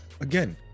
Again